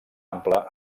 ampla